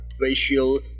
facial